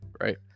right